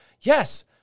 Yes